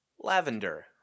Lavender